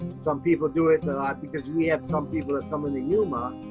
some people do it a lot because we have some people that come into yuma,